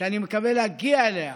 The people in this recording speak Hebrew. שאני מקווה להגיע אליה